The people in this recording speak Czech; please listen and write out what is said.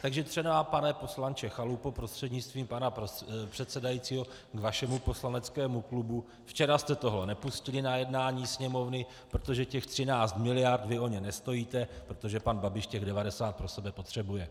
Takže třeba, pane poslanče Chalupo prostřednictvím pana předsedajícího, k vašemu poslaneckému klubu, včera jste tohle nepustili na jednání Sněmovny, o těch 13 miliard vy nestojíte, protože pan Babiš těch 90 pro sebe potřebuje.